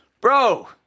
Bro